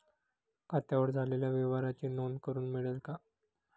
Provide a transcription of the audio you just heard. खात्यावर झालेल्या व्यवहाराची नोंद करून मिळेल का?